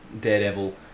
Daredevil